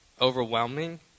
overwhelming